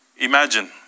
Imagine